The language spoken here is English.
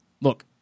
look